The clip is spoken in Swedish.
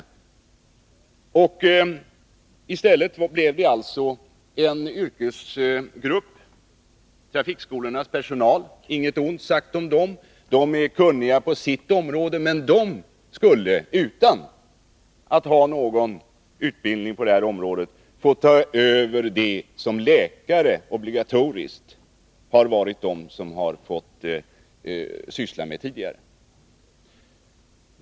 I stället blev det alltså trafikskolornas personal — och inget ont sagt om deras kunnighet på sitt område — som utan att ha någon utbildning på detta område skulle få ta över det som läkare obligatoriskt har sysslat med tidigare.